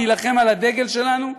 להילחם על הדגל שלנו.